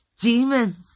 Demons